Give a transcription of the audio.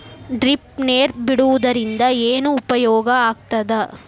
Drip ನೇರ್ ಬಿಡುವುದರಿಂದ ಏನು ಉಪಯೋಗ ಆಗ್ತದ?